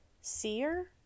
seer